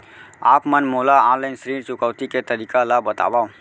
आप मन मोला ऑनलाइन ऋण चुकौती के तरीका ल बतावव?